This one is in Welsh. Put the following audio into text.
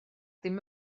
ddim